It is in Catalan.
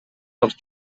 dels